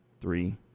Three